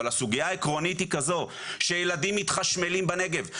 אבל הסוגיה העקרונית היא כזאת: שילדים מתחשמלים בנגב.